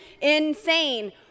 insane